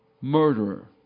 Murderer